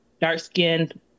dark-skinned